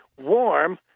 warm